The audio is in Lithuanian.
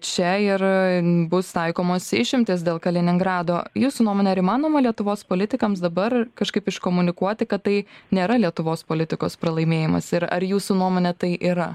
čia ir bus taikomos išimtys dėl kaliningrado jūsų nuomone ar įmanoma lietuvos politikams dabar kažkaip iškomunikuoti kad tai nėra lietuvos politikos pralaimėjimas ir ar jūsų nuomone tai yra